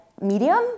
Medium